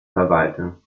verwalter